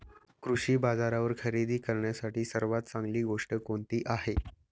कृषी बाजारावर खरेदी करण्यासाठी सर्वात चांगली गोष्ट कोणती आहे?